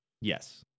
Yes